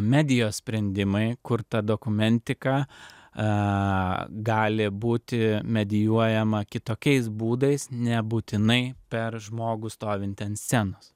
medijos sprendimai kur ta dokumentika gali būti medijuojama kitokiais būdais nebūtinai per žmogų stovintį ant scenos